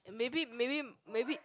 maybe maybe maybe